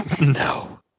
No